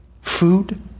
food